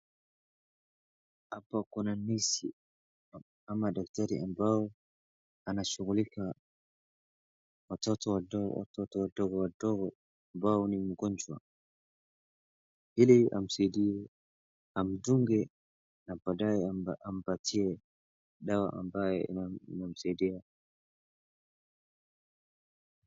Hapa kuna nesi ama daktari, ambaye anashughulika watoto wadogo wadogo ambao ni mgonjwa, ili amsaidie amdunge na baadaye ampatie dawa ambaye inamsaidia.